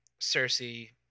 Cersei